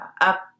up